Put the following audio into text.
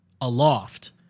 Aloft